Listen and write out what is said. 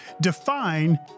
define